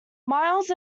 myles